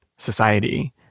Society